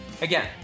Again